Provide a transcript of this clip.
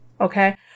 Okay